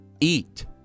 eat